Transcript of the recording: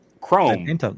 Chrome